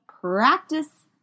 practice